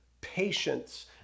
patience